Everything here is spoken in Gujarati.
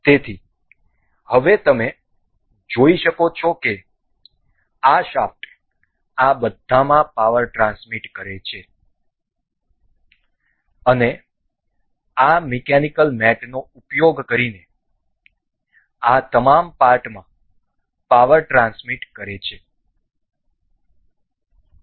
તેથી હવે તમે જોઈ શકો છો કે આ શાફ્ટ આ બધામાં પાવર ટ્રાન્સમીટ કરે છે અને આ મિકેનિકલ મેટ નો ઉપયોગ કરીને આ તમામ પાર્ટમાં પાવર ટ્રાન્સમીટ કરે છે